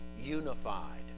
unified